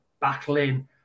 battling